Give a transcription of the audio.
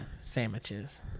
Sandwiches